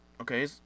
Okay